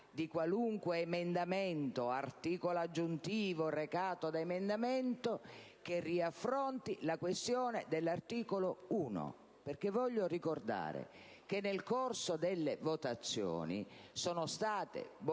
di qualunque emendamento o articolo aggiuntivo recato da emendamento che riaffronti la questione sottesa all'articolo 1. Ricordo che nel corso delle votazioni sono state bocciate